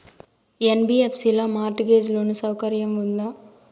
NBFC లో mortgage loan సౌకర్యం ఉందా?